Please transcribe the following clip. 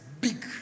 big